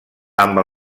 amb